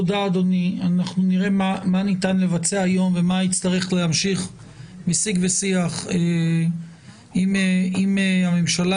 נראה מה ניתן לבצע היום ומה יצטרך להמשיך בשיג ושיח עם הממשלה.